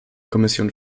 kommission